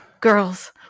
girls